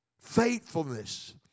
faithfulness